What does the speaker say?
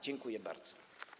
Dziękuję bardzo.